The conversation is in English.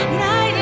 night